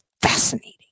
fascinating